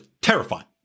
Terrifying